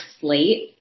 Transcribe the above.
slate